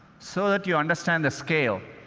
so that you understand the scale.